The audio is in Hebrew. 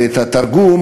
ואת התרגום,